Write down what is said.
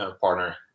partner